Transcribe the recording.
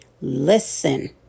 Listen